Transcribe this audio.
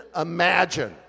imagine